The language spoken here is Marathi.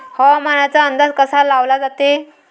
हवामानाचा अंदाज कसा लावला जाते?